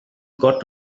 got